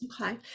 Okay